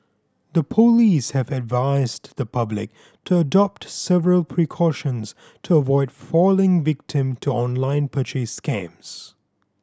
the police have advised the public to adopt several precautions to avoid falling victim to online purchase scams